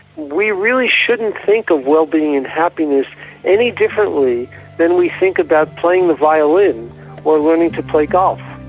we really shouldn't think of wellbeing and happiness any differently than we think about playing the violin or learning to play golf.